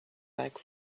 back